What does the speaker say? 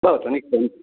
भवतु निश्चयेन